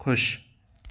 ख़ुश